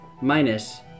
minus